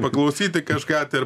paklausyti kažką tai ir